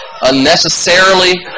unnecessarily